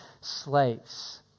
slaves